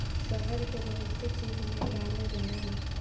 शहद के बहुते चीज में डालल जाला